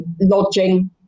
lodging